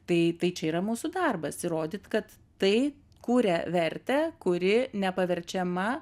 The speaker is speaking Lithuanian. tai tai čia yra mūsų darbas įrodyt kad tai kuria vertę kuri nepaverčiama